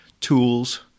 tools